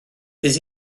fydd